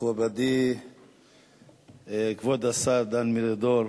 מכובדי כבוד השר דן מרידור,